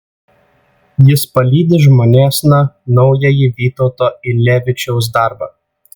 jis palydi žmonėsna naująjį vytauto ylevičiaus darbą